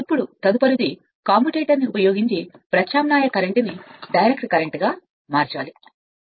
ఇప్పుడు తదుపరిది ప్రత్యామ్నాయ కరెంట్ డైరెక్ట్ కరెంట్ కమ్యుటేటర్ యొక్క మార్గాల మార్పిడి